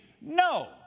no